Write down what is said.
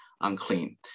unclean